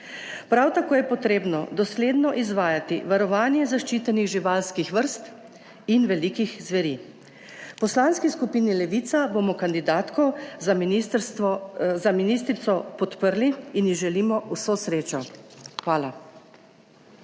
Prav tako je potrebno dosledno izvajati varovanje zaščitenih živalskih vrst in velikih zveri. V Poslanski skupini Levica bomo kandidatko za ministrico podprli in ji želimo vso srečo. Hvala.